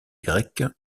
grecque